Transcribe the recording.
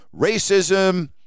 racism